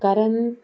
कारण